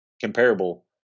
comparable